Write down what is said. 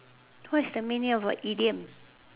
what is the meaning of an idiom